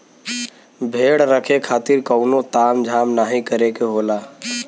भेड़ रखे खातिर कउनो ताम झाम नाहीं करे के होला